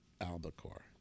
albacore